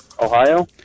Ohio